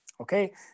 okay